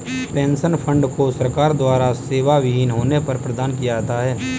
pension fund को सरकार द्वारा सेवाविहीन होने पर प्रदान किया जाता है